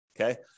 Okay